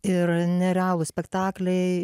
ir nerealūs spektakliai